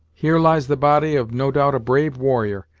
here lies the body of no doubt a brave warrior,